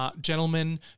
gentlemen